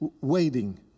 waiting